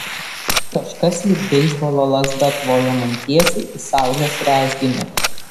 kažkas lyg beisbolo lazda tvojo man tiesiai į saulės rezginį